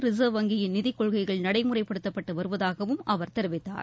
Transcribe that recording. reserve வங்கியின் நிதிக்கொள்கைகள் நடைமுறைப்படுத்தப்பட்டு வருவதாகவும் அவர் தெரிவித்தார்